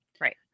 Right